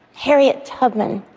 harriet tubman.